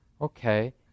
Okay